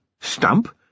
Stump